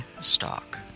stock